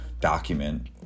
document